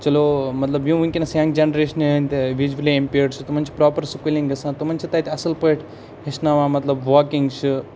چلو مطلب یِم وٕنکٮ۪نَس ینٛگ جَنریشنہِ ہنٛد ویٖجؤلی اِمپیرڑ چھِ تِمَن چھِ پرٛاپَر سکوٗلِنٛگ گژھان تِمَن چھِ تَتہِ اَصٕل پٲٹھۍ ہیٚچھناوان مطلب واکِنٛگ چھِ